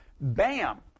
Bam